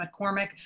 McCormick